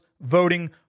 voting